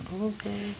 Okay